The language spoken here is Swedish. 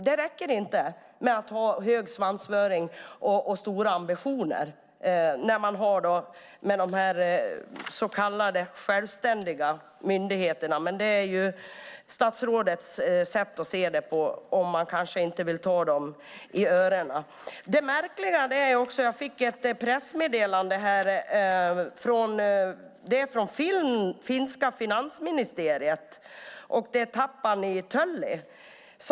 Det räcker inte att ha en hög svansföring och höga ambitioner när det gäller de så kallade självständiga myndigheterna. Det är statsrådets sätt att se det. Han kanske inte vill ta dem i öronen. Jag fick ett pressmeddelande från det finska finansministeriet och Tapani Tölli.